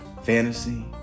Fantasy